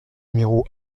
numéro